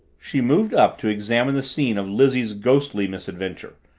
she moved up to examine the scene of lizzie's ghostly misadventure,